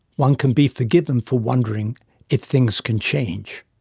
one can be forgiven for wondering if things can change.